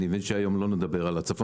אני מבין שהיום לא נדבר על הצפון,